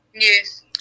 Yes